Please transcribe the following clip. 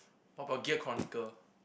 what about Gaer Chronicle